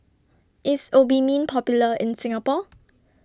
IS Obimin Popular in Singapore